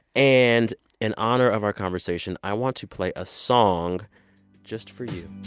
and in honor of our conversation, i want to play a song just for you